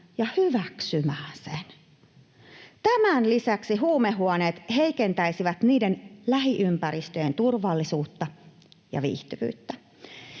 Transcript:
ja hyväksymään sen. Tämän lisäksi huumehuoneet heikentäisivät niiden lähiympäristöjen turvallisuutta ja viihtyvyyttä.